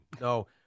no